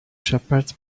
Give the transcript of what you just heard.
shepherds